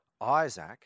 Isaac